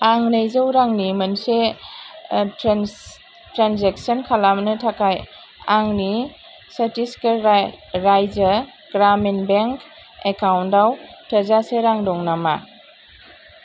आं नैजौ रांनि मोनसे ट्रेन्स ट्रेनजेक्सन खालामनो थाखाय आंनि चत्तिसगर राय रायजो ग्रामिन बेंक एकाउन्टाव थोजासे रां दं नामा